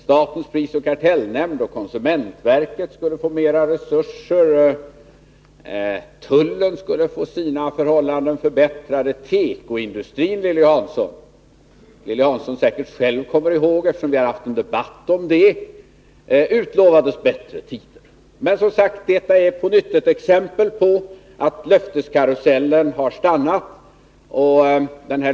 Statens prisoch kartellnämnd och konsumentverket skulle få mera resurser, tullen skulle få sina förhållanden förbättrade och teko-industrin — det kommer säkert Lilly Hansson själv ihåg, eftersom vi hade en debatt om det — utlovades bättre tider. Detta är på nytt ett exempel på att löfteskarusellen har stannat.